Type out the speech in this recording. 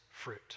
fruit